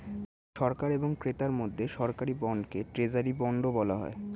সরকার এবং ক্রেতার মধ্যে সরকারি বন্ডকে ট্রেজারি বন্ডও বলা হয়